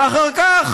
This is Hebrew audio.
ואחר כך